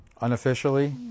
unofficially